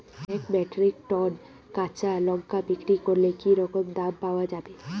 এক metric ton কাঁচা লঙ্কা বিক্রি করলে কি রকম দাম পাওয়া যাবে?